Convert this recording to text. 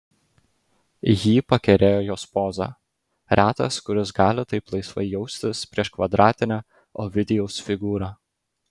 jį pakerėjo jos poza retas kuris gali taip laisvai jaustis prieš kvadratinę ovidijaus figūrą